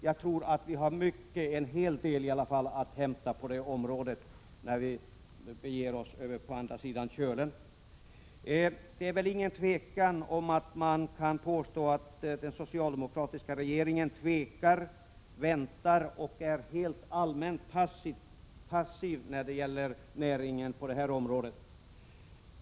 Jag tror att vi har en hel del att hämta, om vi studerar förhållandena på andra sidan Kölen. Det råder inga tvivel om att man kan påstå att den socialdemokratiska regeringen tvekar, väntar och är passiv rent allmänt när det gäller sjöfartsnäringen.